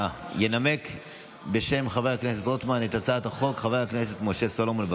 ינמק בשם חבר הכנסת רוטמן את הצעת החוק חבר הכנסת משה סולומון,